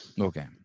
okay